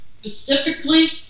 specifically